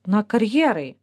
na karjerai